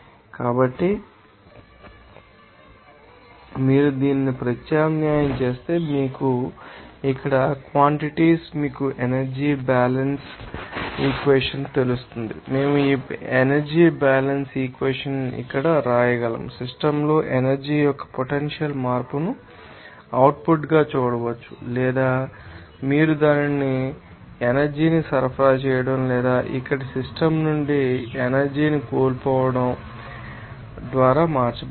కాబట్టి మీరు దీనిని ప్రత్యామ్నాయం చేస్తే మీకు తెలుసా ఇక్కడ క్వాంటిటిస్ మీకు ఎనర్జీ బ్యాలెన్స్ ఈక్వేషన్ తెలుసు మేము ఈ ఎనర్జీ బ్యాలెన్స్ ఇక్వెషన్ ఇక్కడ వ్రాయగలము సిస్టమ్ లో ఎనర్జీ యొక్క పొటెన్షియల్ మార్పును అవుట్పుట్గా చూడవచ్చు లేదా మీరు దానిని చూడవచ్చు ఎనర్జీ ని సరఫరా చేయడం లేదా ఇక్కడి సిస్టమ్ నుండి దాని ఎనర్జీ ని కోల్పోవడం మీకు తెలిసిన దాని ద్వారా మార్చబడుతుంది